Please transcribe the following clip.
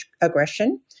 aggression